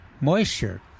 moisture